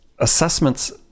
assessments